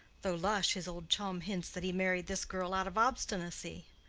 though lush, his old chum, hints that he married this girl out of obstinacy.